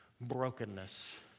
brokenness